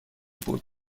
بود